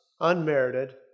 unmerited